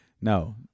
No